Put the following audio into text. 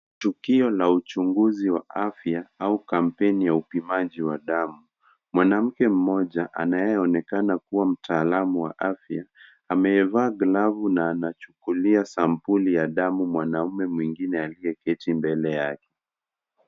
Tukio la uchunguzi wa afya au kampeni wa ubimaji wa damu. Mwanamke mmoja anayeonekana kuwa mtaalamu wa afya amevaa glovu na anachukulia sambuli ya damu mwanaume mwingine aliyeketi mbele yake.